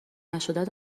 نشدن